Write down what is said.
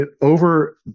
over